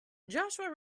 joshua